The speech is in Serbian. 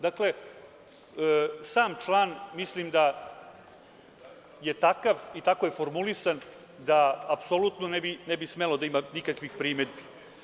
Dakle, sam član mislim da je takav i tako je formulisan da apsolutno ne bi smelo da ima nikakvih primedbi.